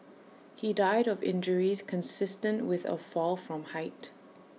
he died of injuries consistent with A fall from height